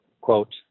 quote